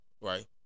Right